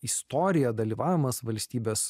istorija dalyvavimas valstybės